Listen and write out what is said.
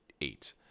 eight